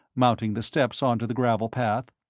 mounting the steps on to the gravel path.